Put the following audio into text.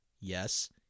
Yes